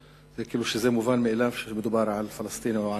זה כאילו שזה מובן מאליו שמדובר בפלסטיני או ערבי.